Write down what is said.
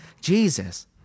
Jesus